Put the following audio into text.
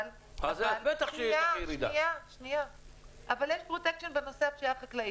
אבל יש פרוטקשן בנושא הפשיעה החקלאית.